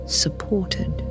supported